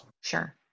Sure